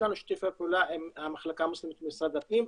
לנו שיתופי פעולה עם המחלקה המוסלמית במשרד הפנים,